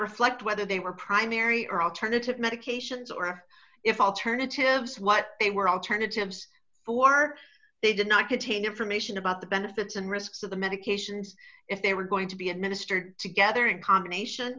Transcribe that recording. reflect whether they were primary or alternative medications or if i'll turn it to what they were alternatives or they did not contain information about the benefits and risks of the medications if they were going to be administered together in combination